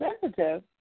sensitive